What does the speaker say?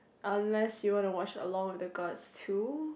unless you want to watch along with the Gods two